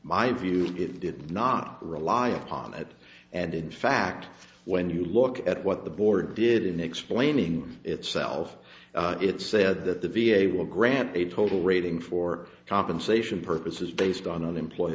my view it did not rely upon it and in fact when you look at what the board did in explaining itself it said that the v a will grant a total rating for compensation purposes based on employee